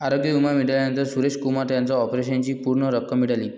आरोग्य विमा मिळाल्याने सुरेश कुमार यांना ऑपरेशनची पूर्ण रक्कम मिळाली